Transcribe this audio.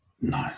No